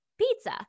pizza